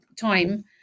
time